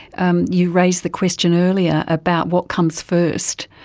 um you raised the question earlier about what comes first,